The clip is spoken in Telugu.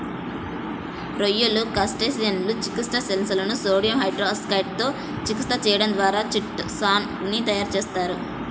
రొయ్యలు, క్రస్టేసియన్ల చిటిన్ షెల్లను సోడియం హైడ్రాక్సైడ్ తో చికిత్స చేయడం ద్వారా చిటో సాన్ ని తయారు చేస్తారు